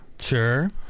Sure